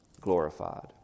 glorified